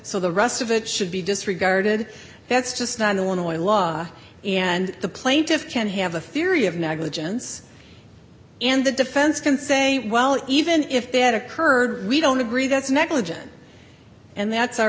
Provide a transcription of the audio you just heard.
so the rest of it should be disregarded that's just not the one way law and the plaintiffs can have a theory of negligence and the defense can say well even if they had occurred we don't agree that's negligent and that's our